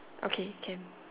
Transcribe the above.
okay can